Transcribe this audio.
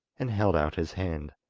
and held out his hand.